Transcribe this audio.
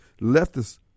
leftists